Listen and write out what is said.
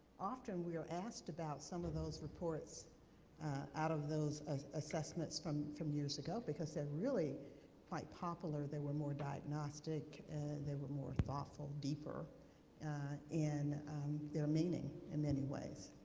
often we are asked about some of those reports out of those assessments from from years ago, because they're really quite popular. they were more diagnostic, and they were more thoughtful, deeper in their meaning, in many ways.